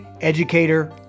Educator